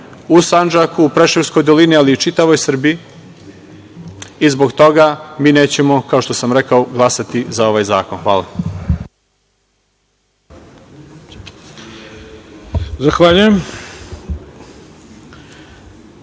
u Sandžaku, Preševskoj dolini, ali i čitavoj Srbiji i zbog toga mi nećemo, kao što sam rekao, glasati za ovaj zakon. Hvala.